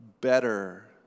better